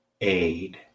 aid